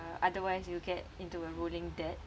uh otherwise you'll get into a rolling debt